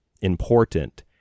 important